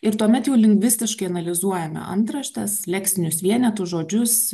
ir tuomet jau lingvistiškai analizuojame antraštes leksinius vienetus žodžius